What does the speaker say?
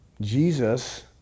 Jesus